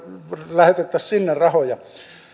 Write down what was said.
lähetettäisiin sinne rahoja